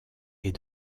est